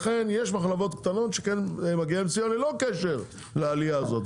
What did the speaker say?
לכן יש מחלבות קטנות שכן מגיע להן סיוע ללא קשר לעלייה הזאת,